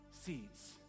seeds